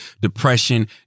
depression